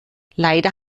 leider